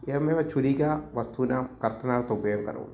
एवमेव छुरिकायाः वस्तूनां कर्तनार्थम् उपयोगं करोमि